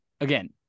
again